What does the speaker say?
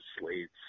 Slates